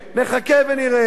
נחכה ונראה.